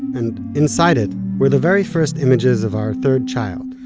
and inside it were the very first images of our third child,